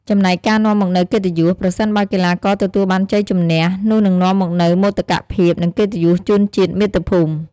ចំណែកការនាំមកនូវកិត្តិយស ប្រសិនបើកីឡាករទទួលបានជ័យជម្នះ នោះនឹងនាំមកនូវមោទកភាព និងកិត្តិយសជូនជាតិមាតុភូមិ។